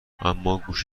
اماگوش